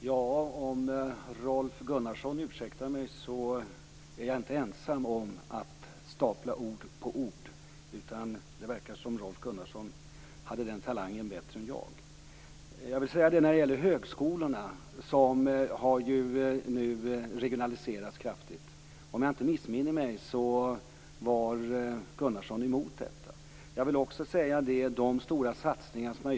Herr talman! Jag hoppas att Rolf Gunnarsson ursäktar mig om jag säger att jag inte är ensam om att stapla ord på ord. Det verkar som om Rolf Gunnarsson har en större talang på det än jag. Om jag inte missminner mig var Rolf Gunnarsson emot den kraftiga regionalisering av högskolorna som nu har skett.